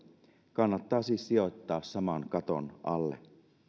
kannattaa siis sijoittaa saman katon alle